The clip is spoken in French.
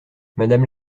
madame